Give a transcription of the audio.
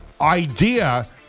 idea